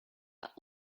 chyba